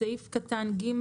בסעיף קטן (ג),